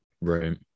right